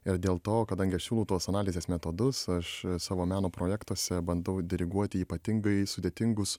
ir dėl to kadangi aš siūlau tuos analizės metodus aš savo meno projektuose bandau diriguoti ypatingai sudėtingus